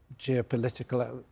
geopolitical